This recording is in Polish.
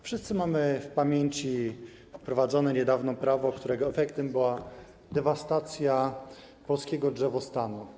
Wszyscy mamy w pamięci wprowadzone niedawno prawo, którego efektem była dewastacja polskiego drzewostanu.